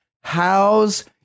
How's